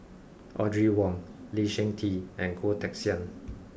Audrey Wong Lee Seng Tee and Goh Teck Sian